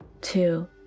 Two